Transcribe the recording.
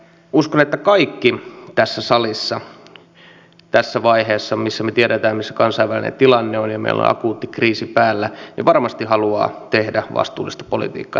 uskon että kaikki tässä salissa tässä vaiheessa kun me tiedämme mikä kansainvälinen tilanne on ja meillä on akuutti kriisi päällä varmasti haluavat tehdä vastuullista politiikkaa